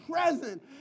present